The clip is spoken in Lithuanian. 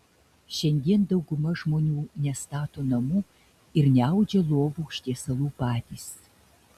šiandien dauguma žmonių nestato namų ir neaudžia lovų užtiesalų patys